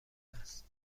است